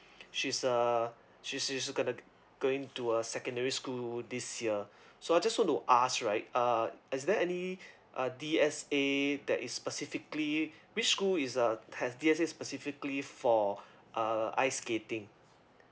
she's uh she's she's going to going to a secondary school this year so I just want to ask right uh is there any uh D_S_A that is specifically which school is uh has D_S_A specifically for uh ice skating